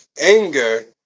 anger